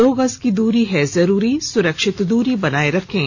दो गज की दूरी है जरूरी सुरक्षित दूरी बनाए रखें